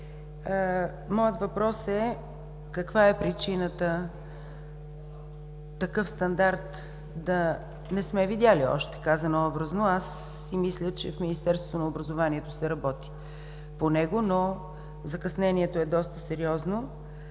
Моят въпрос е: каква е причината такъв стандарт да не сме видели още? Мисля, че в Министерството на образованието се работи по него, но закъснението е доста сериозно.